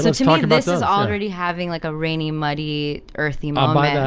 so this is already having like a rainy, muddy, earthy marmite. yeah